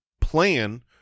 plan